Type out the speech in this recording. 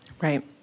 Right